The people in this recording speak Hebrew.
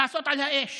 לעשות על האש